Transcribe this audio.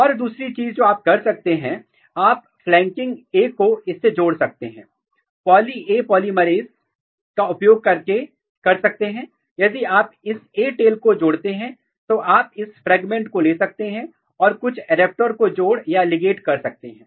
और दूसरी चीज जो आप कर सकते हैं आप फ्लैंकिंग A को इसमें जोड़ सकते हैं पॉली ए पॉलीमरेस का उपयोग करके कर सकते हैं यदि आप इस A टेल् को जोड़ते हैं तो आप इस फ्रेगमेंट को ले सकते हैं और कुछ एडाप्टर को जोड़ या ligate कर सकते हैं